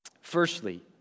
Firstly